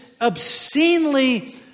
obscenely